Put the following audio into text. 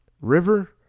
river